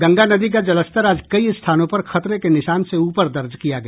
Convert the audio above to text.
गंगा नदी का जलस्तर आज कई स्थानों पर खतरे के निशान से ऊपर दर्ज किया गया